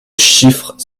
chiffres